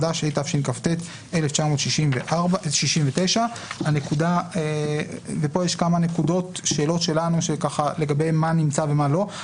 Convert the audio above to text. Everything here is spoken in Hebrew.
התשכ"ט 1969". פה יש כמה נקודות ושאלות שלנו לגבי מה נמצא ומה לא.